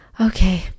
Okay